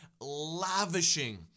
lavishing